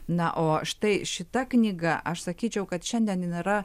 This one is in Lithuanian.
na o štai šita knyga aš sakyčiau kad šiandien jin yra